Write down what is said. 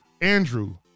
andrew